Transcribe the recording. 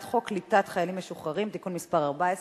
חוק קליטת חיילים משוחררים (תיקון מס' 14),